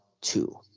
two